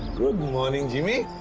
good morning jimmy.